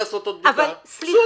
תעשו בדיקה.